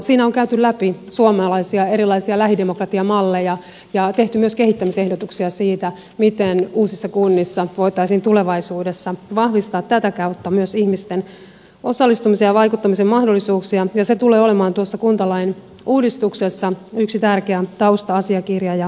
siinä on käyty läpi suomalaisia erilaisia lähidemokratiamalleja ja tehty myös kehittämisehdotuksia siitä miten uusissa kunnissa voitaisiin tulevaisuudessa vahvistaa tätä kautta myös ihmisten osallistumisen ja vaikuttamisen mahdollisuuksia ja se tulee olemaan tuossa kuntalain uudistuksessa yksi tärkeä tausta asiakirja ja raportti